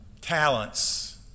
talents